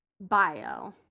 bio